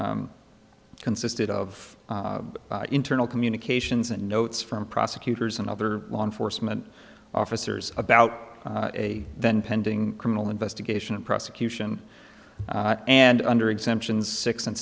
consisted of internal communications and notes from prosecutors and other law enforcement officers about a then pending criminal investigation and prosecution and under exemptions six and